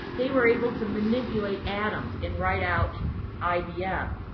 they were able to manipulate atoms and write out ibm.